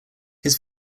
his